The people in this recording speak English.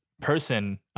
person